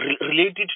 Related